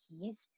keys